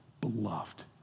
beloved